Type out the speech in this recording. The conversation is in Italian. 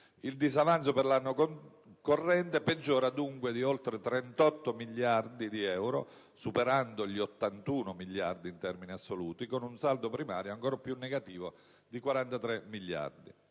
Il disavanzo per l'anno corrente peggiora dunque di oltre 38 miliardi di euro, superando gli 81 miliardi in termini assoluti, con un saldo primario ancora più negativo di 43 miliardi.